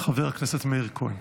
חבר הכנסת מאיר כהן,